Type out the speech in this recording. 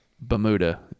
Bermuda